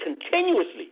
continuously